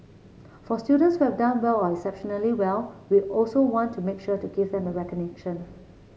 for students who have done well or exceptionally well we also want to make sure to give them the recognition